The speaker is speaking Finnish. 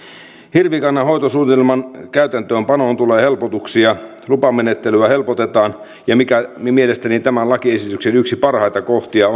hirvikannan hoitosuunnitelman täytäntöönpanoon tulee helpotuksia lupamenettelyä helpotetaan mielestäni tämän lakiesityksen yksi parhaita kohtia